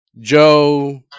Joe